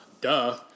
Duh